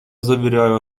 заверяю